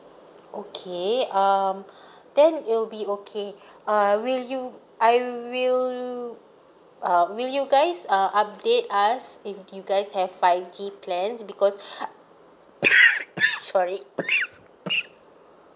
okay um then it will be okay uh will you I will um will you guys uh update us if you guys have five G plans because sorry